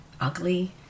ugly